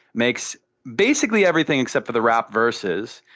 makes basically everything except for the rap verses.